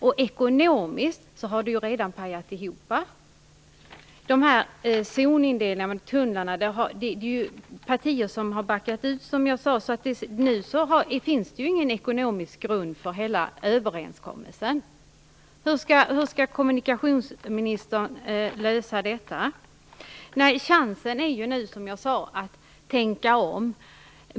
Och ekonomiskt så har det ju redan pajat ihop. När det gäller zonindelningarna och tunnlarna har en del partier backat ur. Nu finns det ingen ekonomisk grund för överenskommelsen. Hur skall kommunikationsministern lösa detta? Chansen är ju nu att man tänker om.